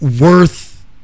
worth